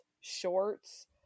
shorts